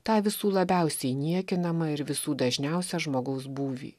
tą visų labiausiai niekinamą ir visų dažniausią žmogaus būvį